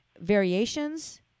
variations